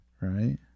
right